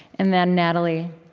and then, natalie,